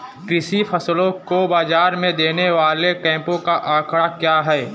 कृषि फसलों को बाज़ार में देने वाले कैंपों का आंकड़ा क्या है?